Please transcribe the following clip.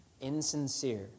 insincere